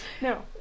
No